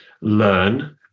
learn